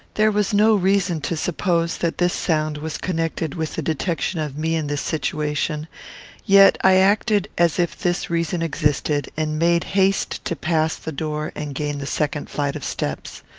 there was no reason to suppose that this sound was connected with the detection of me in this situation yet i acted as if this reason existed, and made haste to pass the door and gain the second flight of steps.